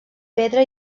pedra